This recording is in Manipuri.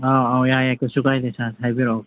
ꯑꯧ ꯑꯧ ꯌꯥꯏꯌꯦ ꯀꯩꯁꯨ ꯀꯥꯏꯗꯦ ꯁꯥꯔ ꯍꯥꯏꯕꯤꯔꯛꯑꯣ